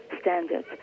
standards